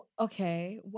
okay